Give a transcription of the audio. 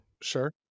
Sure